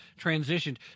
transitioned